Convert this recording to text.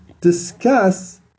discuss